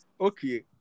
Okay